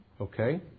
okay